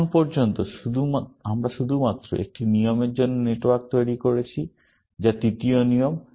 এখন পর্যন্ত আমরা শুধুমাত্র একটি নিয়মের জন্য নেটওয়ার্ক তৈরি করেছি যা তৃতীয় নিয়ম